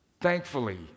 Thankfully